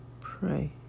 Pray